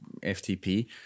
FTP